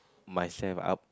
myself up